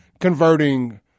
converting